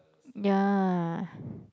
ya